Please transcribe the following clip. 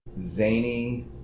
zany